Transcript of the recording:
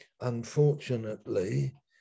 unfortunately